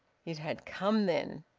it had come, then!